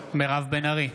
מירב בן ארי,